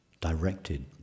directed